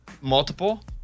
Multiple